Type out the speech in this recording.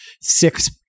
six